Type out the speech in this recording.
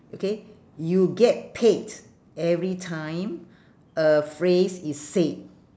okay you get paid every time a phrase is said